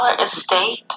estate